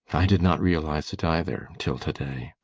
i did not realise it either, till to-day.